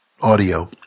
audio